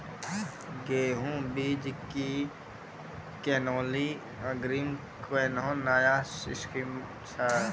गेहूँ बीज की किनैली अग्रिम कोनो नया स्कीम छ?